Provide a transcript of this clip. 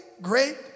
great